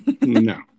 No